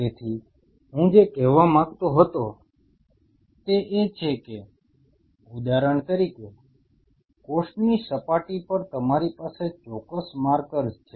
તેથી હું જે કહેવા માંગતો હતો તે છે કે ઉદાહરણ તરીકે કોષની સપાટી પર તમારી પાસે ચોક્કસ માર્કર્સ છે